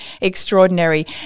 extraordinary